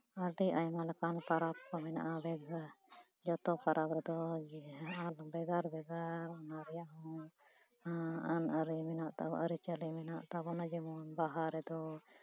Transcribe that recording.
ᱟᱹᱰᱤ ᱟᱭᱢᱟ ᱞᱮᱠᱟᱱ ᱯᱚᱨᱚᱵᱽ ᱠᱚ ᱢᱮᱱᱟᱜᱼᱟ ᱡᱚᱛᱚ ᱯᱚᱨᱚᱵᱽ ᱨᱮᱫᱚ ᱵᱷᱮᱜᱟᱨ ᱵᱷᱮᱜᱟᱨ ᱚᱱᱟ ᱨᱮᱭᱟᱜ ᱦᱚᱸ ᱟᱹᱱ ᱟᱹᱨᱤᱼᱪᱟᱹᱞᱤ ᱢᱮᱱᱟᱜ ᱛᱟᱵᱚᱱᱟ ᱡᱮᱢᱚᱱ ᱵᱟᱦᱟ ᱨᱮᱫᱚ